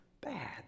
bad